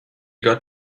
got